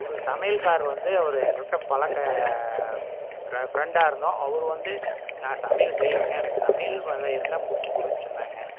ஒரு சமையல்காரர் வந்து அவர் எங்கிட்ட பழக்கம் ஃப்ரெண்டாக இருந்தோம் அவரு வந்து நான் சமையல் செய்வேங்க எனக்கு சமையல் வேலை இருந்தால் பிடிச்சிக்குடுன்னு சொன்னாங்க